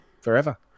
forever